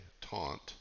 taunt